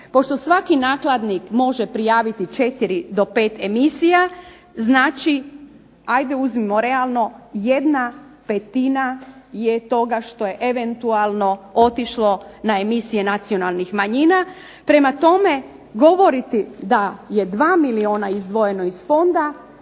pošto svaki nakladnik može prijaviti 4 do 5 emisija, ajde uzmimo realno 1/5 je toga što je eventualno otišlo na emisije nacionalnih manjina. Prema tome, govoriti da je 2 milijuna izdvojeno iz fonda,